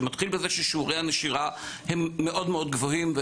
שמתחיל בזה ששיעורי הנשירה הם מאוד מאוד גבוהים,